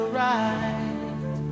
right